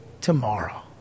tomorrow